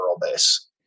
base